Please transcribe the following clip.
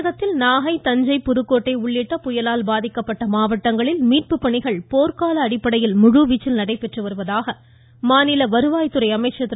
தமிழகத்தில் நாகை தஞ்சை புதுக்கோட்டை உள்ளிட்ட புயலால் பாதிக்கப்பட்ட மாவட்டங்களில் மீட்பு பணிகள் போர்க்கால அடிப்படையில் முழுவீச்சில் நடைபெற்று வருவதாக மாநில வருவாய் துறை அமைச்சர் திரு